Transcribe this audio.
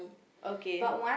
okay